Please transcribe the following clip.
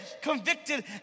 convicted